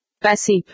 Passive